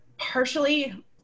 Partially